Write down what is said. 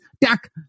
duck